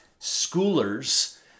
schoolers